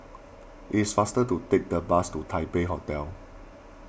it is faster to take the bus to Taipei Hotel